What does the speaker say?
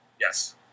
Yes